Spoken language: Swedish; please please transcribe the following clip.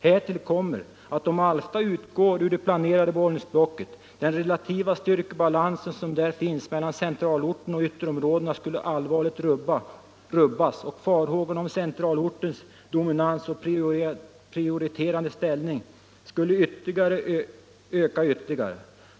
Härtill kommer att, om Alfta utgår ur det planerade Bollnäsblocket, den relativa styrkebalansen som där finns mellan centralorten och ytterområdena skulle bli allvarligt rubbad och farhågorna om centralortens dominans och prioriterade ställning skulle öka ytterligare.